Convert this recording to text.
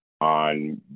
on